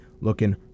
looking